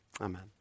Amen